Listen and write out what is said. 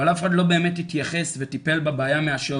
אבל אף אחד לא באמת התייחס וטיפל בבעיה מהשורש.